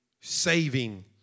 saving